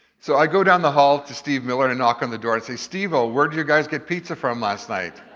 so i go down the hall to steve miller and knock on the door and say, stevo, ah where'd you guys get pizza from last night?